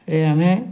ରେ ଆମେ